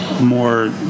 more